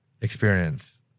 experience